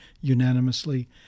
unanimously